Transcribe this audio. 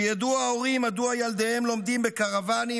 שידעו ההורים מדוע ילדיהם לומדים בקרוואנים